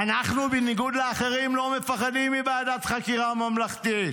"אנחנו בניגוד לאחרים לא מפחדים מוועדת חקירה ממלכתית.